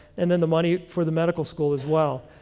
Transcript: and then the money for the medical school as well,